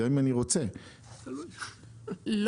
-- הם זכאים לפיקדון בטווח של בין איקס לאיקס -- לא,